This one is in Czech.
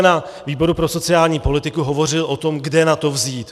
Na výboru pro sociální politiku jsme hovořili o tom, kde na to vzít.